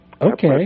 Okay